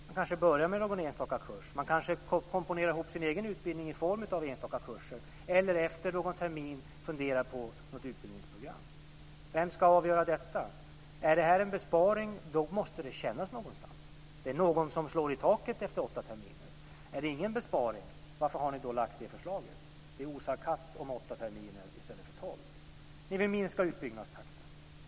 Man kanske börjar med någon enstaka kurs. Man kanske komponerar ihop sin egen utbildning i form av enstaka kurser eller efter någon termin funderar på ett utbildningsprogram. Vem ska avgöra detta? Är det här en besparing måste det kännas någonstans. Det är någon som slår i taket efter åtta terminer. Är det ingen besparing, varför har ni då lagt fram förslaget? Det osar katt om åtta terminer i stället för tolv. Ni vill minska utbyggnadstakten.